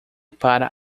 para